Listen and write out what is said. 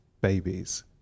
babies